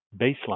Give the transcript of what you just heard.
baseline